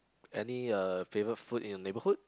any favourite food in the neighborhood